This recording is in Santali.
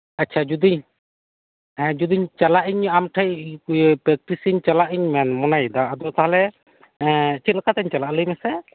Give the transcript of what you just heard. ᱟᱪᱪᱷᱟ ᱡᱚᱫᱤ ᱦᱮᱸ ᱡᱚᱫᱤ ᱪᱟᱞᱟᱜ ᱟᱹᱧ ᱟᱢᱴᱷᱮᱱ ᱚᱯᱤᱥᱤᱧ ᱪᱟᱞᱟᱜ ᱤᱧ ᱢᱚᱱᱮᱭᱫᱟ ᱟᱫᱚ ᱛᱟᱦᱚᱞᱮᱪᱮᱫ ᱞᱮᱠᱟᱛᱮᱧ ᱪᱟᱞᱟᱜ ᱟ ᱞᱟᱹᱭᱢᱮᱥᱮ